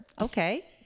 okay